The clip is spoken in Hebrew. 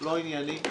לא ענייני.